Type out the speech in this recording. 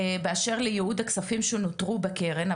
באשר לייעוד הכספים שנותרו בקרן,